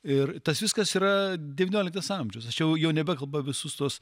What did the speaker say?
ir tas viskas yra devynioliktas amžius aš jau jau nebekalbu apie visus tuos